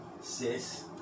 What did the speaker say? Sis